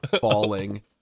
falling